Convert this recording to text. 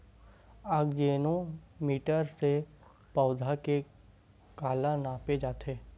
आकजेनो मीटर से पौधा के काला नापे जाथे?